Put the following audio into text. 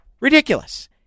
Ridiculous